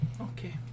Okay